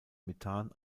methan